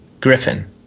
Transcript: Griffin